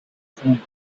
same